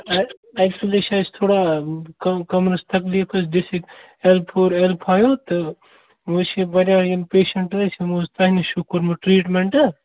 actually چھِ اَسہِ تھوڑا کَم کَمٛرَس تکلیٖف حظ disc L four L five تہٕ وٕنۍ چھِ واریاہ یِم پٮ۪شَنٹ ٲسۍ یِمو حظ تۄہہِ نِش چھُ کوٚرمُت ٹریٖٹمینٹ